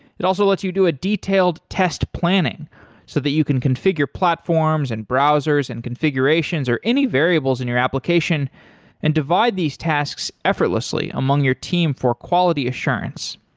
it also lets you a detailed test planning so that you can configure platforms and browsers and configurations or any variables in your application and divide these tasks effortlessly among your team for quality assurance.